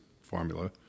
formula